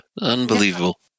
Unbelievable